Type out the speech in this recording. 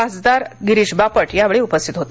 खासदार गिरिश बापट यावेऴी उपस्थित होते